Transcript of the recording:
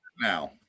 now